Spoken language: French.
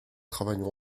travaillons